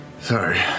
Sorry